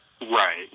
right